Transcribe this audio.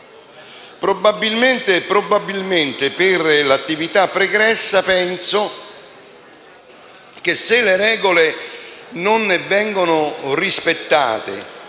probabilmente, per l'attività pregressa, penso che se le regole non vengono rispettate